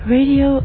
Radio